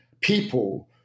people